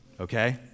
Okay